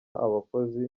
abakozi